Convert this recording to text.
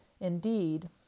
Indeed